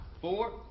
four